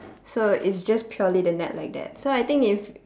so it's just purely the net like that so I think if